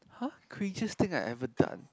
!huh! craziest thing I ever done